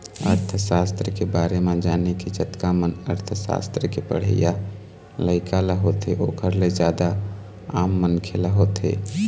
अर्थसास्त्र के बारे म जाने के जतका मन अर्थशास्त्र के पढ़इया लइका ल होथे ओखर ल जादा आम मनखे ल होथे